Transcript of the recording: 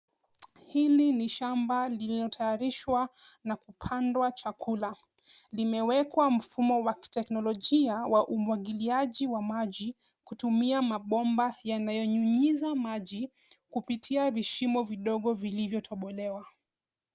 Hili ni shamba lililotayarishwa na kupandwa chakula. Limewekwa mfumo wa kiteknolojia wa umwagiliaji wa maji kutumia mabomba yanayonyunyiza maji kupitia vishimo vidogo vilivyotobolewa.